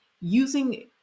using